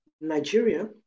Nigeria